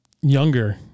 younger